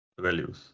values